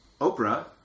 Oprah